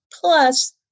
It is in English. Plus